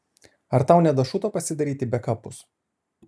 ar tau nedašuto pasidaryti bekapus